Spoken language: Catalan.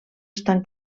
estan